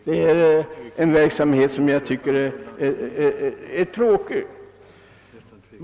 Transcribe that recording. Det är en verksamhet som jag tycker är beklaglig.